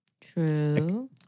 True